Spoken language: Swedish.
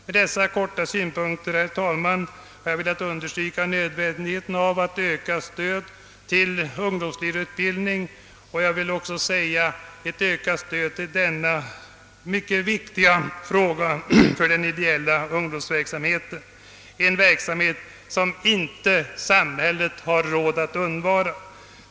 Med anförande av dessa synpunkter har jag i korthet velat understryka nödvändigheten av ökat stöd till ungdomsledarutbildning, vilken är mycket viktig för den ideella ungdomsverksamheten, en verksamhet som samhället inte har råd att undvara.